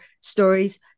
stories